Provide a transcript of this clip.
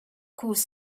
course